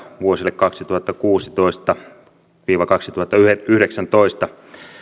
vuosille kaksituhattakuusitoista viiva kaksituhattayhdeksäntoista